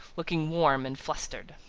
looking warm and flustered.